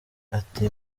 ati